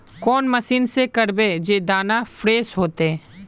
कौन मशीन से करबे जे दाना फ्रेस होते?